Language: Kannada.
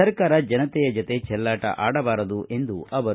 ಸರ್ಕಾರ ಜನತೆಯ ಜತೆ ಚೆಲ್ಲಾಟ ಆಡಬಾರದು ಎಂದರು